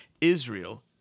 Israel